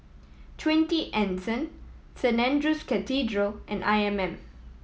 Twenty Anson Saint Andrew's Cathedral and I M M